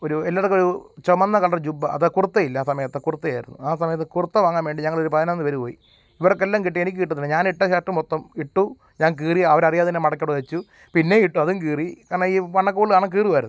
ഒരു എല്ലാം അടക്കമൊരു ചുവന്ന കളറ് ജുബ്ബ അത് കുർത്തയില്ല ആ സമയത്ത് കുർത്തയായിരുന്നു ആ സമയത്ത് കുർത്ത വാങ്ങാൻ വേണ്ടി ഞങ്ങളൊരു പതിനൊന്ന് പേര് പോയി ഇവർക്കെല്ലാം കിട്ടി എനിക്ക് കിട്ടുന്നില്ല ഞാൻ ഇട്ട ഷർട്ട് മൊത്തം ഇട്ടു ഞാൻ കീറി അവരറിയാതെ തന്നെ മടക്കിയവിടെ വച്ചു പിന്നേയും ഇട്ടു അതും കീറി കാരണം ഈ വണ്ണക്കൂടുതൽ കാരണം കീറുകയായിരുന്നു